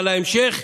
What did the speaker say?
על ההמשך,